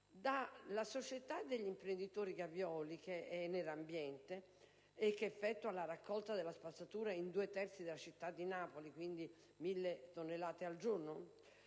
società degli imprenditori Gavioli, ENEL Ambiente, che effettua la raccolta della spazzatura in due terzi della città di Napoli, raccogliendo quindi 1.000 tonnellate al giorno,